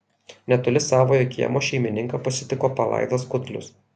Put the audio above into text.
netoli savojo kiemo šeimininką pasitiko palaidas kudlius